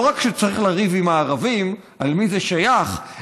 לא רק כשצריך לריב עם הערבים למי זה שייך,